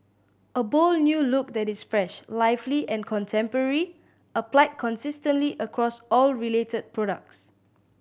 a bold new look that is fresh lively and contemporary applied consistently across all related products